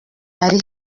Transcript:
ari